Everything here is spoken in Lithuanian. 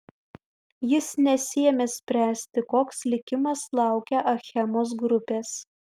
jis nesiėmė spręsti koks likimas laukia achemos grupės